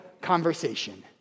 conversation